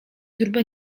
grube